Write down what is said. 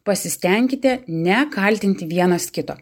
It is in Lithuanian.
pasistenkite nekaltinti vienas kito